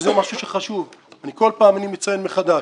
וזה משהו חשוב שכל פעם אני מציין מחדש,